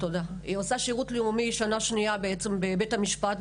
היא עושה שירות לאומי שנה שנייה בבית המשפט,